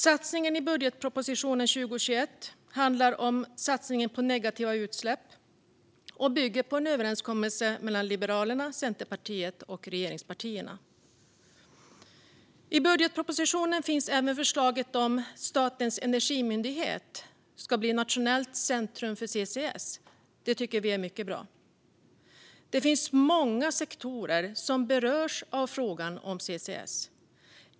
Satsningen i budgetpropositionen för 2021 gäller negativa utsläpp och bygger på en överenskommelse mellan Liberalerna, Centerpartiet och regeringspartierna. I budgetpropositionen finns även förslaget om att Statens energimyndighet ska bli nationellt centrum för CCS. Det tycker vi är mycket bra. Det är många sektorer som berörs av frågan om CCS.